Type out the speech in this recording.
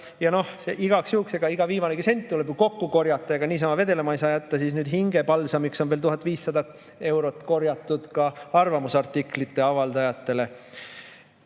Ja igaks juhuks, iga viimanegi sent tuleb ju kokku korjata, ega niisama vedelema ei saa jätta, nüüd hingepalsamiks on 1500 eurot korjatud ka arvamusartikli avaldajalt.